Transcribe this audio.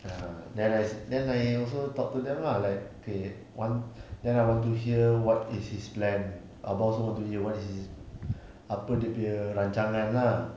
ah then I then I also talk to them lah like okay want then I want to hear what is his plan abah also want to hear what is his apa dia punya rancangan lah